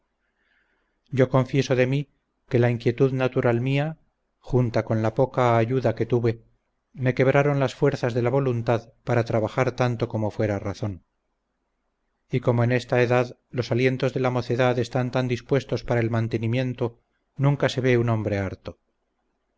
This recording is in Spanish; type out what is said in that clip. yo confieso de mí que la inquietud natural mía junta con la poca ayuda que tuve me quebraron las fuerzas de la voluntad para trabajar tanto como fuera razón y como en esta edad los alientos de la mocedad están tan dispuestos para el mantenimiento nunca se ve un hombre harto